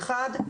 אחד,